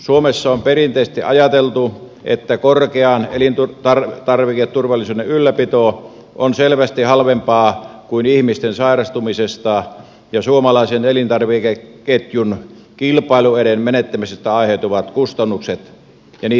suomessa on perinteisesti ajateltu että korkean elintarviketurvallisuuden ylläpito on selvästi halvempaa kuin ihmisten sairastumisesta ja suomalaisen elintarvikeketjun kilpailuedun menettämisestä aiheutuvat kustannukset ja niiden maksaminen